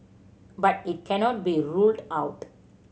but it cannot be ruled out